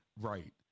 Right